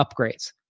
upgrades